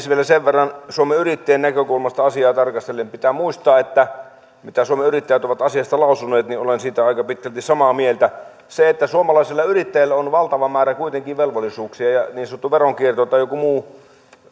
vielä sen verran suomen yrittäjien näkökulmasta asiaa tarkastellen pitää muistaa mitä suomen yrittäjät ovat asiasta lausuneet ja olen siitä aika pitkälti samaa mieltä suomalaisilla yrittäjillä on kuitenkin valtava määrä velvollisuuksia ja niin sanottu veronkierto tai joku muu